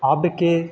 अब के